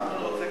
אושר